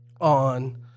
on